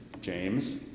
James